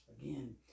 again